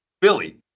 Billy